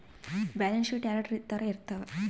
balance sheet ಎರಡ್ ತರ ಇರ್ತವ